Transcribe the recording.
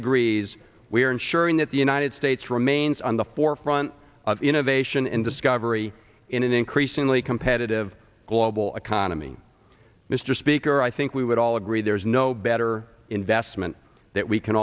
degrees we are ensuring that the united states remains on the forefront of innovation and discovery in an increasingly competitive global economy mr speaker i think we would all agree there is no better investment that we can